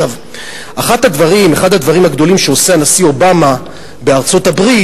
אחד הדברים הגדולים שעושה הנשיא אובמה בארצות-הברית,